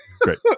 great